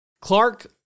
Clark